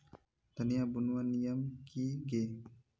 धनिया बूनवार नियम की गे?